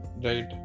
Right